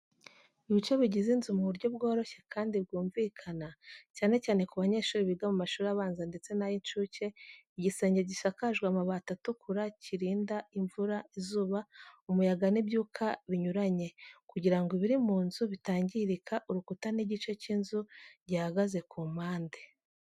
ibice bigize inzu mu buryo bworoshye kandi bwumvikana, cyane cyane ku banyeshuri biga mu mashuri abanza ndetse n'ayinshuke igisenge gisakajwe amabati atukura Kirinda imvura, izuba, umuyaga n’ibyuka binyuranye, kugira ngo ibiri mu nzu bitangirika Urukuta n'igice cy’inzu gihagaze ku mpande.